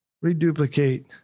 Reduplicate